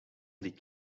dit